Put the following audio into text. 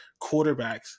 quarterbacks